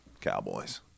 Cowboys